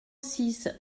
six